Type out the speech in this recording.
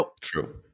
True